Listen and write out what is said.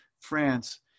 France